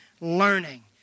learning